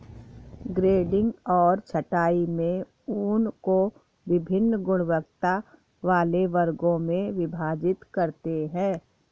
grading और छँटाई में ऊन को वभिन्न गुणवत्ता वाले वर्गों में विभाजित करते हैं